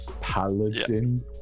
paladin